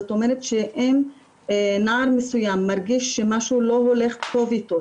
זאת אומרת שאם נער מסוים מרגיש שמשהו לא הולך טוב איתו,